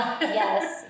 Yes